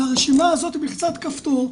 הרשימה הזאת בלחיצת כפתור,